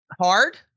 hard